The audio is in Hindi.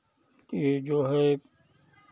ये जो है